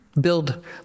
build